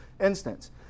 instance